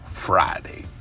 friday